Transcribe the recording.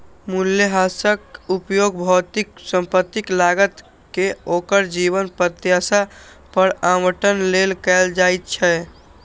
मूल्यह्रासक उपयोग भौतिक संपत्तिक लागत कें ओकर जीवन प्रत्याशा पर आवंटन लेल कैल जाइ छै